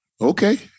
Okay